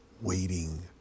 waiting